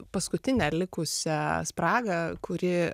paskutinę likusią spragą kuri